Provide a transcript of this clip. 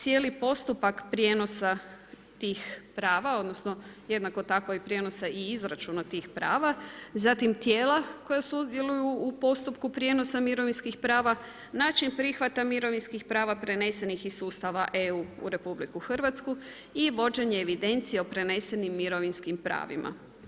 Cijeli postupak prijenosa tih prava odnosno jednako tako i prijenosa i izračuna tih prava, zatim tijela koja sudjeluju u postupku prijenosa mirovinskih prava, način prihvata mirovinskih prava prenesenih iz sustava EU-a u RH i vođenje evidencija o prenesenim mirovinskim pravima.